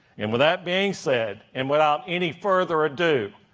and with that being said and without any further ado,